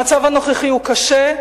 המצב הנוכחי הוא קשה,